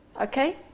Okay